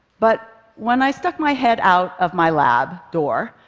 but when i stuck my head out of my lab door,